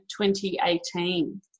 2018